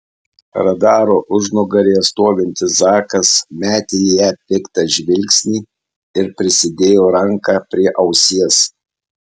radaro užnugaryje stovintis zakas metė į ją piktą žvilgsnį ir prisidėjo ranką prie ausies